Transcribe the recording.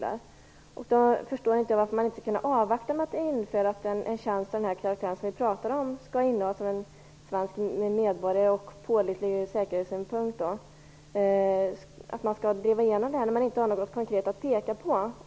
Därför förstår jag inte varför man inte kan avvakta när det gäller detta med att tjänst som vi här pratar om skall innehas av svensk medborgare som är pålitlig från säkerhetssynpunkt. Varför skall man driva igenom detta när det inte finns någonting konkret att peka på?